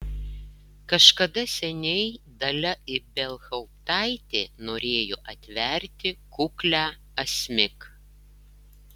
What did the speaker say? kažkada seniai dalia ibelhauptaitė norėjo atverti kuklią asmik